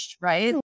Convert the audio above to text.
right